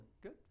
good